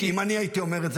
אם אני הייתי אומר את זה,